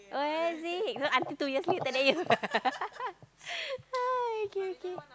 oh is it so until two years later then you ah okay okay